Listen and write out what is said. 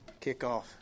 Kickoff